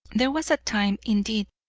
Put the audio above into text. there was a time, indeed,